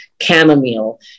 Chamomile